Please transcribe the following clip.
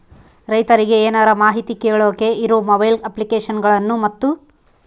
ರೈತರಿಗೆ ಏನರ ಮಾಹಿತಿ ಕೇಳೋಕೆ ಇರೋ ಮೊಬೈಲ್ ಅಪ್ಲಿಕೇಶನ್ ಗಳನ್ನು ಮತ್ತು?